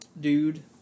dude